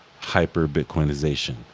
hyper-Bitcoinization